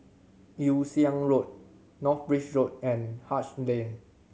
Yew Siang Road North Bridge Road and Haig Lane